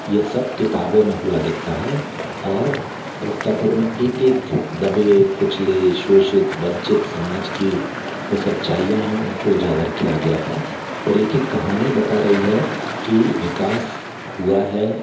ये सब किताबों मे हुआ दिखाता है और रुकतापुर मे एक एक दबे कुचले शोषित बंचित समाज की जो सच्चाईयाँ है उनको उजागर किया गया है और एक एक कहानी बता रही है कि विकास हुआ है